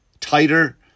tighter